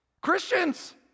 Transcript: Christians